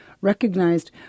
recognized